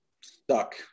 stuck